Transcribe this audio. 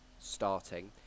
Starting